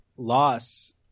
loss